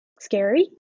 scary